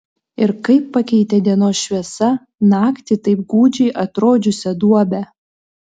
ir kaip pakeitė dienos šviesa naktį taip gūdžiai atrodžiusią duobę